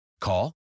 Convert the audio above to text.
Call